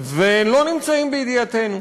ולא נמצאים בידיעתנו,